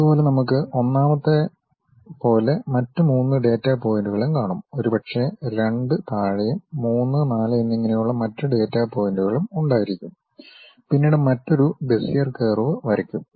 അതുപോലെ നമുക്ക് ഒന്നാമത്തെ പോലെ മറ്റു മൂന്ന് ഡാറ്റാ പോയിൻ്റുകളും കാണുംഒരുപക്ഷേ രണ്ടു താഴെയും മൂന്ന് നാല് എന്നിങ്ങനെയുള്ള മറ്റ് ഡാറ്റാ പോയിന്റുകളും ഉണ്ടായിരിക്കും പിന്നീട് മറ്റൊരു ബെസിയർ കർവ് വരക്കും